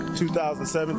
2017